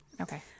Okay